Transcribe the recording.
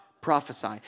Prophesy